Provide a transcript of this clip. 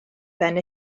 ben